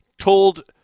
told